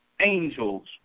Angels